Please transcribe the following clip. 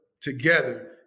together